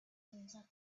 instead